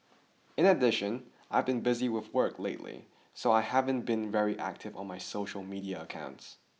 in addition I've been busy with work lately so I haven't been very active on my social media accounts